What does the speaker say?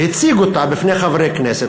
והציג אותה בפני חברי הכנסת.